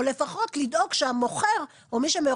או לפחות לדאוג שהמוכר או כשברור לנו שמי